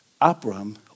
Abram